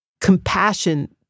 compassion